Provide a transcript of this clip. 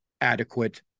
adequate